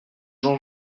jean